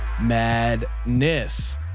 madness